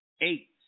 eight